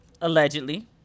allegedly